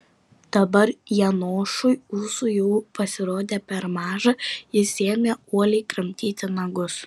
dabar janošui ūsų jau pasirodė per maža jis ėmė uoliai kramtyti nagus